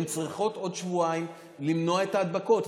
הן צריכות עוד שבועיים כדי למנוע את ההדבקות,